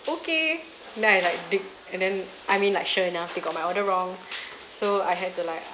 okay and then I like dig and then I mean like sure enough he got my order wrong so I had to like